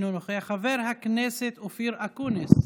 אינו נוכח, חבר הכנסת אופיר אקוניס,